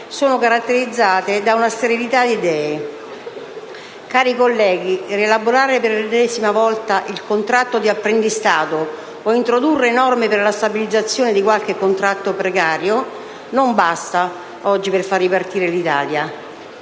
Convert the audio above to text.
sono caratterizzate da una sterilitadi idee. Cari colleghi, rielaborare per l’ennesima volta il contratto di apprendistato o introdurre norme per la stabilizzazione di qualche contratto precario non basta oggi per far ripartire l’Italia.